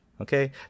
okay